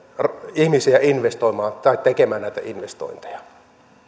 ihmisiä investoimaan tai tekemään näitä investointeja